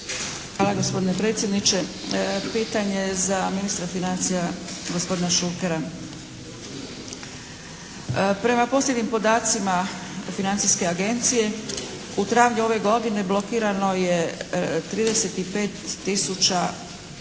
Hvala gospodine predsjedniče. Pitanje je za ministra financija gospodine Šukera. Prema posljednjim podacima financijske agencije u travnju ove godine blokirano je 35